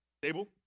table